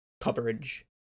coverage